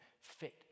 fit